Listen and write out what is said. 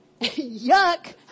Yuck